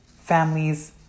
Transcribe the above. families